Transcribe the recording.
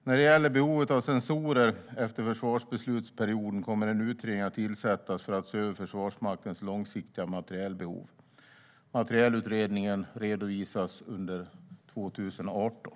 När det gäller behovet av sensorer efter försvarsbeslutsperioden kommer en utredning att tillsättas för att se över Försvarsmaktens långsiktiga materielbehov. Materielutredningen redovisas under 2018.